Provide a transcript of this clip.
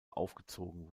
aufgezogen